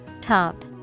top